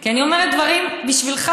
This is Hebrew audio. כי אני אומרת דברים בשבילך,